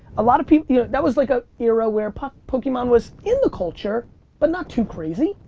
ah sort of yeah that was like a era where pokemon was in the culture but not too crazy.